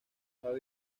sábado